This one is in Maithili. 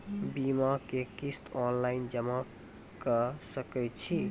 बीमाक किस्त ऑनलाइन जमा कॅ सकै छी?